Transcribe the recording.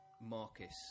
Marcus